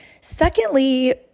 Secondly